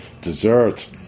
Dessert